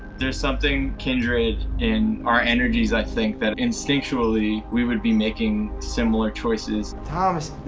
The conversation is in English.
there's something kindred in our energies, i think, that instinctually we would be making similar choices. thomas,